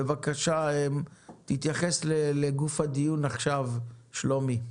בבקשה, תתייחס לגוף הדיון עכשיו, שלומי.